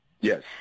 Yes